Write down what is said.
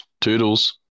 Toodles